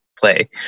play